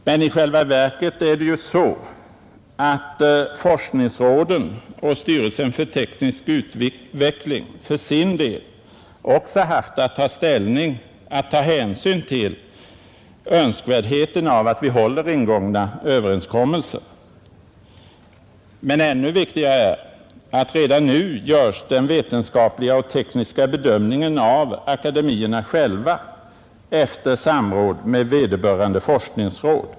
Men i själva verket har forskningsråden och styrelsen för teknisk utveckling för sin del också haft att ta hänsyn till önskvärdheten av att vi håller ingångna överenskommelser. Ännu viktigare är dock att redan nu den vetenskapliga och tekniska bedömningen görs av akademierna själva efter samråd med vederbörande forskningsråd.